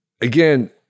again